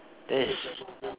it's